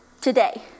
today